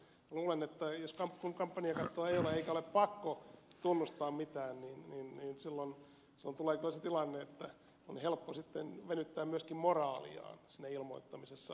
luulen että kun kampanjakattoa ei ole eikä ole pakko tunnustaa mitään niin silloin tulee kyllä se tilanne että on helppo sitten venyttää myöskin moraaliaan siinä ilmoittamisessa